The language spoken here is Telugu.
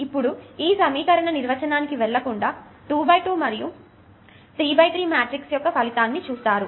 ఇప్పుడు ఆ సమీకరణ నిర్వచనానికి వెళ్లకుండా 2 x 2 మరియు 3 x 3 మ్యాట్రిక్స్ యొక్క ఫలితాన్ని చూస్తారు